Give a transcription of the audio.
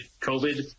COVID